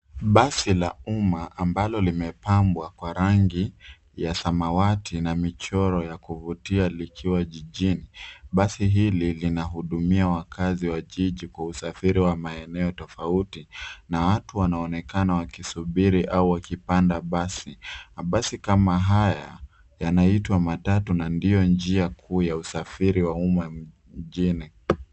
Basi la umma ambalo limepambwa kwa rangi ya samawati na michoro ya kuvutia likiwa jijini. Basi hili linahudumia wakazi wa jiji kwa usafiri wa maeneo tofauti na watu wanaonekana wakisubiri au wakipanda basi. Mabasi kama haya yanaitwa matatu na ndio njia kuu ya usafiri wa umma mjini.